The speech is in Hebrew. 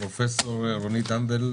פרופ' רונית אנדוולט,